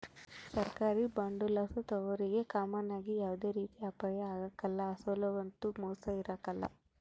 ಸರ್ಕಾರಿ ಬಾಂಡುಲಾಸು ತಾಂಬೋರಿಗೆ ಕಾಮನ್ ಆಗಿ ಯಾವ್ದೇ ರೀತಿ ಅಪಾಯ ಆಗ್ಕಲ್ಲ, ಅಸಲೊಗಂತೂ ಮೋಸ ಇರಕಲ್ಲ